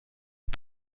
est